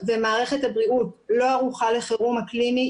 ומערכת הבריאות לא ערוכה לחירום אקלימי.